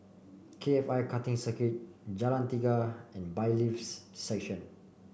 K F I Karting Circuit Jalan Tiga and Bailiffs' Section